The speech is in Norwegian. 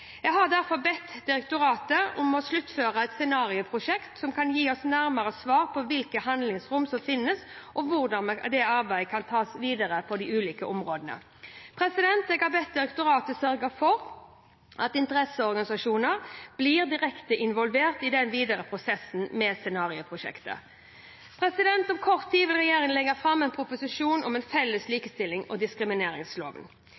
Jeg har derfor bedt direktoratet sluttføre et scenarioprosjekt som kan gi oss nærmere svar på hvilke handlingsrom som finnes, og hvordan arbeidet kan tas videre på de ulike områdene. Jeg har bedt direktoratet sørge for at interesseorganisasjonene blir direkte involvert i den videre prosessen med scenarioprosjektet. Om kort tid vil regjeringen legge fram en proposisjon om en felles